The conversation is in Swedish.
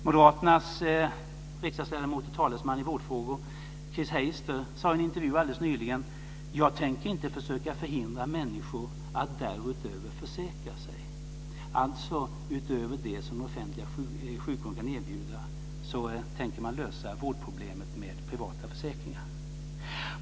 Moderaternas riksdagsledamot och talesman i vårdfrågor Chris Heister sade i en intervju alldeles nyligen att hon inte tänker försöka förhindra människor att därutöver försäkra sig, alltså utöver vad den offentliga sjukvården kan erbjuda tänker man lösa vårdproblemet med privata försäkringar.